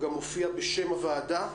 הוא גם מופיע בשם הוועדה.